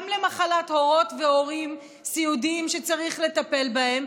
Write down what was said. גם למחלת הורות והורים סיעודיים שצריך לטפל בהם,